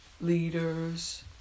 leaders